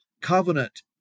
covenant